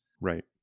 right